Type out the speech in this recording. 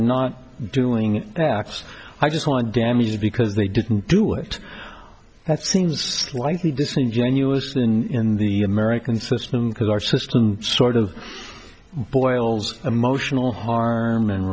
not doing x i just want damages because they didn't do it that seems slightly disingenuous in the american system because our system sort of boils emotional harm and